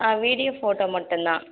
ஆ video photo மட்டுந்தான்